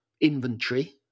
inventory